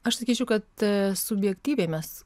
aš sakyčiau kad subjektyviai mes